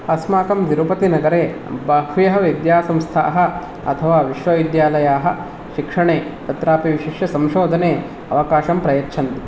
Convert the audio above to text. अस्माकं तिरुपतीनगरे बह्व्यः विद्यासंस्थाः अथवा विश्वविद्यालयाः शिक्षणे तत्रापि विशिष्य संशोधने अवकाशं प्रयच्छन्ति